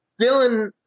Dylan